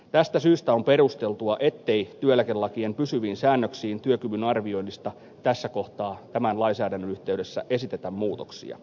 tästä syystä on perusteltua ettei työeläkelakien pysyviin säännöksiin työkyvyn arvioinnista tässä kohtaa tämän lainsäädännön yhteydessä esitetä muutoksia